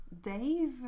dave